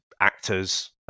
actors